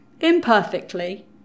imperfectly